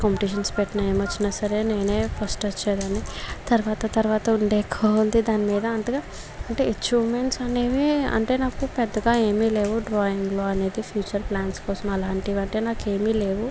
competitions పెట్టిన ఏమి వచ్చినా సరే నేనే ఫస్ట్ వచ్చేదాన్ని తర్వాత తర్వాత ఉండే కొలది దాని మీద అంతగా అంటే యచివ్మెంట్స్ అనేవి అంటే నాకు పెద్దగా ఏమిలేవు డ్రాయింగ్లో అనేది ఫ్యూచర్ ప్లాన్స్ కోసం అలాంటివి అంటే నాకు ఏమి లేవు